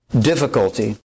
difficulty